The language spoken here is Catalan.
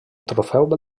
trofeu